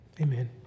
Amen